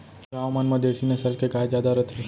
गॉँव मन म देसी नसल के गाय जादा रथे